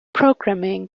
programming